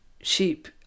sheep